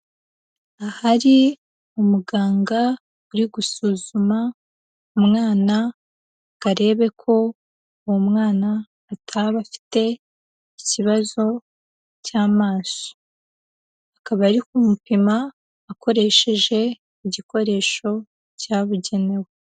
Ahari umuganga uri gusuzuma umwana ngo arebe ko uwo mwana ataba afite ikibazo cy'amaso, akaba ari kumupima akoresheje igikoresho cyabugenewe.